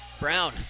Brown